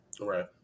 right